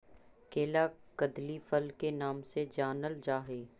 केला कदली फल के नाम से जानल जा हइ